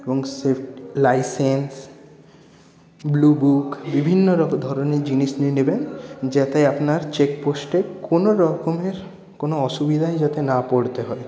এবং licence blue book বিভিন্ন ধরনের জিনিস নিয়ে নেবেন যাতে আপনার চেক পোস্টে কোনো রকমের কোনো আসুবিধায় যাতে না পড়তে হয়